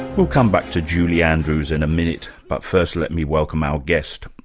we'll come back to julie andrews in a minute, but first let me welcome our guest,